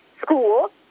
school